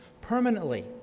permanently